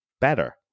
better